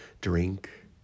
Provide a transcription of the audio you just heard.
drink